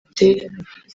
ateye